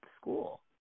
school